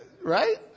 Right